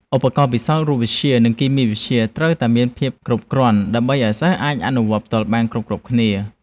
ឧបករណ៍ពិសោធន៍រូបវិទ្យានិងគីមីវិទ្យាត្រូវតែមានភាពគ្រប់គ្រាន់ ដើម្បីឱ្យសិស្សអាចអនុវត្តផ្ទាល់បានគ្រប់ៗគ្នា។